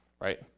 right